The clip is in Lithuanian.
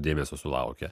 dėmesio sulaukia